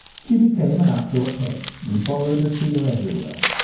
she became an outdoor pet, and followed at heel everywhere.